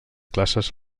classes